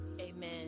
Amen